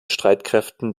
streitkräften